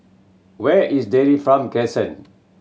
where is Dairy Farm Crescent